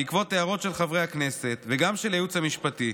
בעקבות הערות של חברי הכנסת וגם של הייעוץ המשפטי,